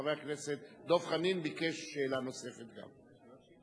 וחבר הכנסת דב חנין ביקש שאלה נוספת גם.